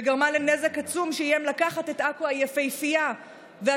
וגרמה לנזק עצום שאיים לקחת את עכו היפהפייה והשוקקת,